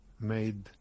made